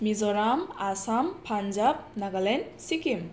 Mizoram Assam Punjab Nagaland Sikkim